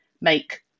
make